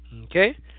okay